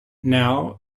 now